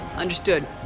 understood